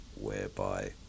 whereby